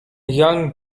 young